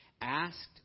asked